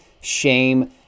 shame